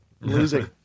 losing